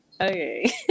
Okay